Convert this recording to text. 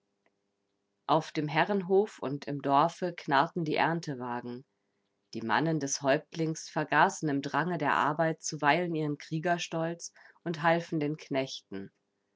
auf dem herrenhof und im dorfe knarrten die erntewagen die mannen des häuptlings vergaßen im drange der arbeit zuweilen ihren kriegerstolz und halfen den knechten